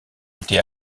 été